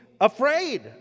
afraid